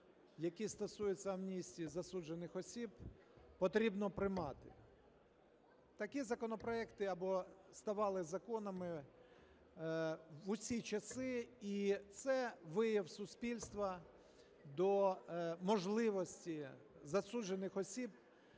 який стосується амністії засуджених осіб, потрібно приймати. Такі законопроекти або ставали законами в усі часи, і це вияв суспільства до можливості засуджених осіб